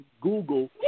Google